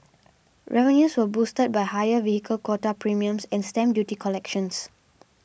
revenues were boosted by higher vehicle quota premiums and stamp duty collections